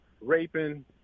raping